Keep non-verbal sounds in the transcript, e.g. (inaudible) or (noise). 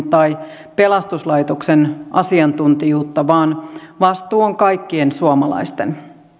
(unintelligible) tai pelastuslaitoksen asiantuntijuutta vaan vastuu on kaikkien suomalaisten